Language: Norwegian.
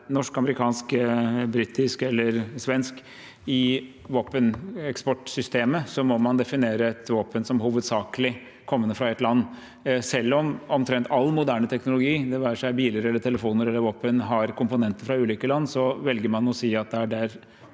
norsk, amerikansk, britisk eller svensk i våpeneksportsystemet, må man definere et våpen som hovedsakelig kommende fra ett land. Selv om omtrent all moderne teknologi – det være seg biler, telefoner eller våpen – har komponenter fra ulike land, velger man å si at det er der